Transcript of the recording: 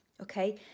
okay